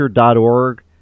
org